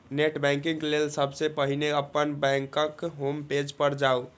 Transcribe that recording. net banking लेल सबसं पहिने अपन बैंकक होम पेज पर जाउ